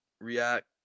react